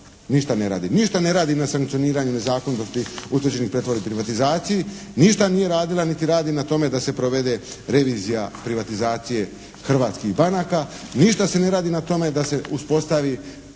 ništa ne radi na sankcioniranju nezakonitosti utvrđenih pretvorbi i privatizaciji, ništa nije radila niti radi na tome da se provede revizija privatizacije hrvatskih banaka. Ništa se ne radi na tome da se uspostavi